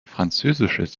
französisches